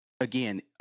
Again